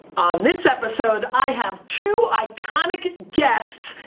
on this episode, i have two iconic guests.